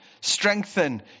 Strengthen